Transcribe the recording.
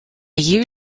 year